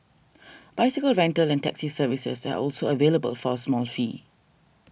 bicycle rental and taxi services are also available for a small fee